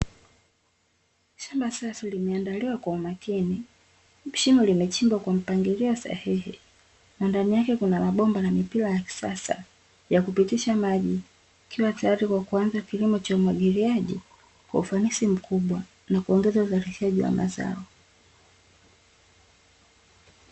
Shamba safi limeandaliwa kwa umakini, shimo limechimbwa kwa mpangilio sahihi na ndani yake kuna mabomba na mipira ya kisasa, ya kupitisha maji; ikiwa tayari kuanza kilimo cha umwagiliaji kwa ufanisi mkubwa, na kuongeza uzalishaji wa mazao.